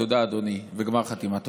תודה, אדוני, וגמר חתימה טובה.